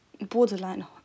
borderline